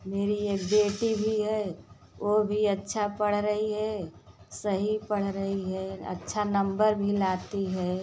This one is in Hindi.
मेरी एक बेटी भी है वो भी अच्छा पढ़ रही है सही पढ़ रही है अच्छा नंबर भी लाती है